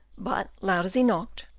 but, loud as he knocked,